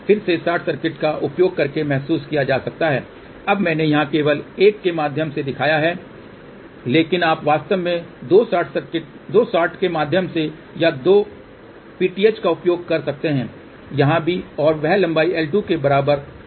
फिर से short circuit का उपयोग करके महसूस किया जा सकता है अब मैंने यहां केवल एक के माध्यम से दिखाया है लेकिन आप वास्तव में दो शॉर्ट के माध्यम से या दो पीटीएच का उपयोग कर सकते हैं यहाँ भी और वह लंबाई L2 के बराबर और कुछ नहीं होगी